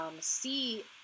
see